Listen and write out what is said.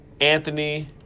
Anthony